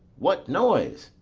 what noise?